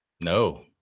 no